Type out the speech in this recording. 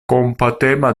kompatema